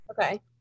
Okay